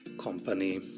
company